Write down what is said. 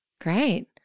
Great